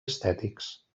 estètics